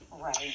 Right